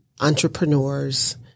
entrepreneurs